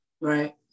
Right